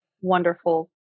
wonderful